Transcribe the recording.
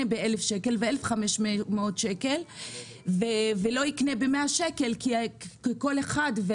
ב-1,000 שקל ו-1,500 שקל ולא יקנה ב-100 שקל כי כל אחד,